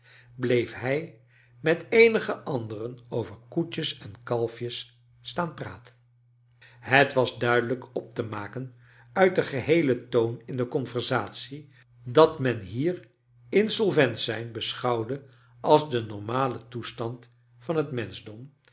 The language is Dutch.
bleef hij met eenige anderen over koetjes en kalfjes staan praten het was duidelijk op te maken uit den geheelen toon in de conversatie dat men hier insolvent zijn beschouwde als den normalen toestand van het menschdom